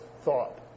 thought